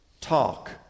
talk